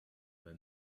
than